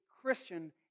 Christian